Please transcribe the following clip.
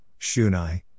Shunai